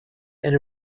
and